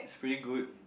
it's pretty good